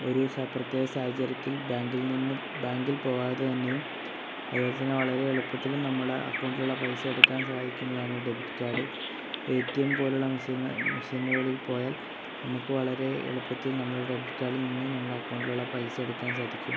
ഒരു പ്രത്യേക സാഹചര്യത്തിൽ ബാങ്കിൽ നിന്നും ബാങ്കിൽ പോവാതെ തന്നെയും അതുപോലെ തന്നെ വളരെ എളുപ്പത്തിലും നമ്മൾ അക്കൗണ്ടിലുള്ള പൈസ എടുക്കാൻ സഹായിക്കുന്നതാണ് ഈ debit card A T M പോ ലെയുള്ള മെഷീനുകളിൽ മെഷീനുകളിൽ പോയാൽ നമുക്ക് വളരെ എളുപ്പത്തിൽ നമ്മുടെ ഡെബിറ്റ് കാർഡിൽ നിന്നും നമ്മളെ അക്കൗണ്ടിലുള്ള പൈസ എടുക്കാൻ സാധിക്കും